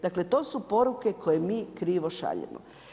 Dakle, to su poruke koje mi krivo šaljemo.